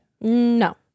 No